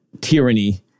tyranny